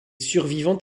survivant